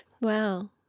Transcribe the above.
Wow